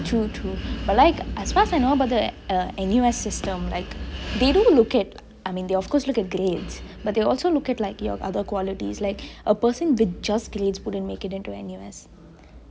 true true but as far as I know about the N_U_S system they do look at I mean they of course look at grades but they also look at your other qualities a person with just grades wouldn't make it into N_U_S